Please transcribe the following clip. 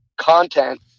content